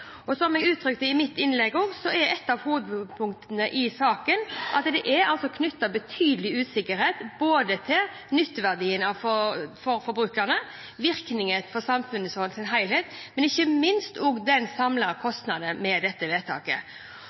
Som jeg også uttrykte i mitt innlegg, er et av hovedpunktene i saken at det er knyttet betydelig usikkerhet til nytteverdien for forbrukerne, til virkninger på samfunnet som helhet, men ikke minst også til den samlede kostnaden med dette vedtaket.